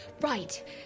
Right